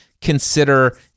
consider